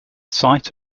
site